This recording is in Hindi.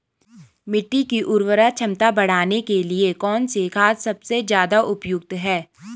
मिट्टी की उर्वरा क्षमता बढ़ाने के लिए कौन सी खाद सबसे ज़्यादा उपयुक्त है?